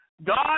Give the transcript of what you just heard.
God